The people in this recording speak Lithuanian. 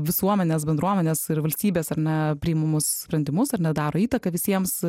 visuomenės bendruomenės ir valstybės ar ne priimamus sprendimus ar ne daro įtaką visiems